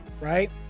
right